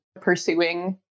pursuing